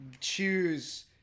choose